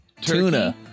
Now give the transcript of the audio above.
tuna